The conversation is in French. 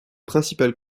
principal